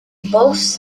boasts